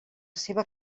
seva